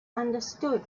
understood